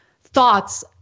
thoughts